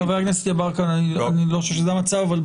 חבר הכנסת יברקן, אני לא חושב שזה המצב.